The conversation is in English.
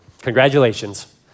Congratulations